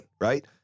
right